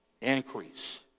Increase